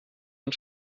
und